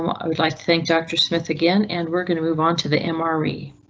i would like to thank doctor smith again, and we're going to move on to the emory.